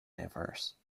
diverse